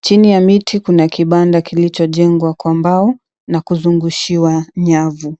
Chini ya miti kuna kibanda kilichonjengwa kwa mbao na kuzungushiwa nyavu